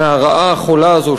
מהרעה החולה הזאת,